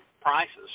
prices